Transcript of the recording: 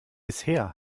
bisher